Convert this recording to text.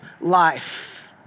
life